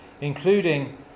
including